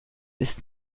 ist